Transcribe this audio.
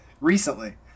Recently